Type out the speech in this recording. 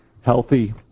healthy